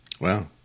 Wow